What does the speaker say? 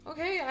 Okay